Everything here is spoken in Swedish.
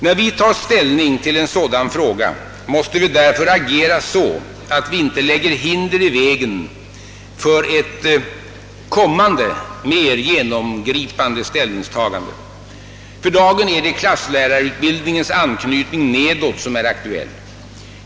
När vi tar ställning till en sådan fråga måste vi därför agera så att vi inte lägger hinder i vägen för ett kommande mer genomgripande ställningstagande. För dagen är det klasslärarutbildningens anknytning nedåt som är aktuell.